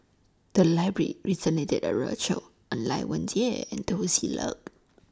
The Library recently did A roadshow on Lai Weijie and Teo Ser Luck